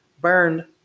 burned